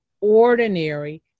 ordinary